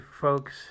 folks